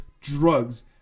drugs